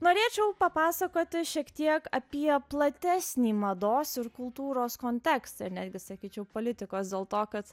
norėčiau papasakoti šiek tiek apie platesnį mados ir kultūros kontekstą ir netgi sakyčiau politikos dėl to kad